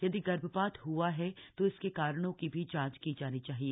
यदि गर्भपात हआ है तो इसके कारणों की भी जांच की जानी चाहिए